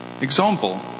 example